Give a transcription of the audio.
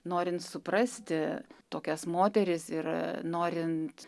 norint suprasti tokias moteris ir norint